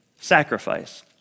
sacrifice